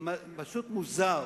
פשוט מוזר,